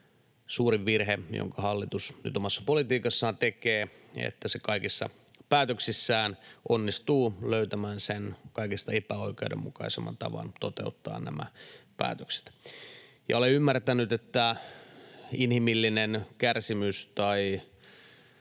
suurin virhe, jonka hallitus nyt omassa politiikassaan tekee, että se kaikissa päätöksissään onnistuu löytämään sen kaikista epäoikeudenmukaisemman tavan toteuttaa nämä päätökset. Olen ymmärtänyt, että inhimillinen kärsimys tai